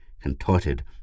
contorted